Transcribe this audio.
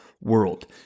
world